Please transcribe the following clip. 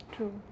True